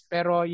Pero